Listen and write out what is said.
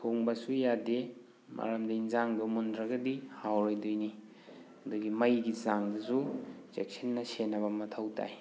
ꯊꯣꯡꯕꯁꯨ ꯌꯥꯗꯦ ꯃꯔꯝꯗꯤ ꯏꯟꯖꯥꯡꯗꯣ ꯃꯨꯟꯗ꯭ꯔꯒꯗꯤ ꯍꯥꯎꯔꯣꯏꯗꯣꯏꯅꯤ ꯑꯗꯨꯒ ꯃꯩꯒꯤ ꯆꯥꯡꯗꯨꯁꯨ ꯆꯦꯛꯁꯤꯟꯅ ꯁꯦꯟꯅꯕ ꯃꯊꯧ ꯇꯥꯏ